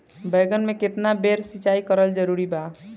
बैगन में केतना बेर सिचाई करल जरूरी बा?